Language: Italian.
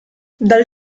dal